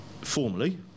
formally